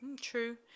true